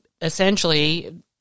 essentially